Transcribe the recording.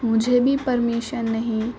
مجھے بھی پرمیشن نہیں